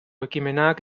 ekimenak